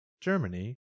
Germany